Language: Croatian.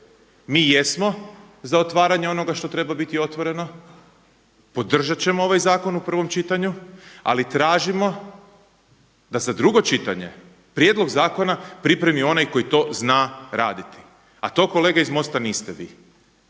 Mi jesmo za otvaranje onoga što treba biti otvoreno, podržat ćemo ovaj zakon u prvom čitanju, ali tražimo da za drugo čitanje Prijedlog zakona pripremi onaj koji to zna raditi. A to kolege iz Mosta niste vi,